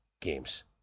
games